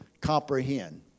comprehend